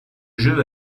jeu